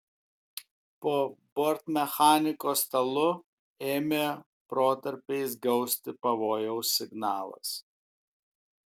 po bortmechaniko stalu ėmė protarpiais gausti pavojaus signalas